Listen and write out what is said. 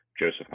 Joseph